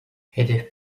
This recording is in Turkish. hedef